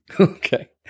Okay